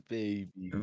baby